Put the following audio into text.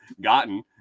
gotten